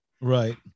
right